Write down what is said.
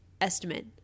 estimate